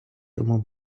тому